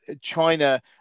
china